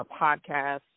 podcast